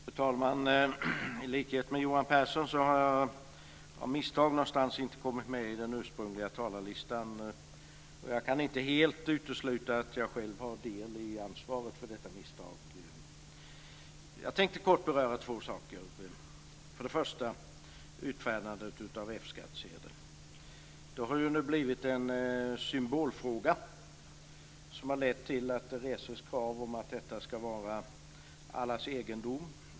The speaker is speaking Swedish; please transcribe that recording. Fru talman! I likhet med Johan Pehrson har jag av misstag inte kommit med i den ursprungliga talarlistan. Jag kan inte helt utesluta att jag själv har del i ansvaret för detta misstag. Jag tänkte kort beröra två saker. Först och främst utfärdandet av F-skattsedel. Det har nu blivit en symbolfråga som har lett till att det reses krav om att detta ska vara allas egendom.